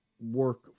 work